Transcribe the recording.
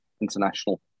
international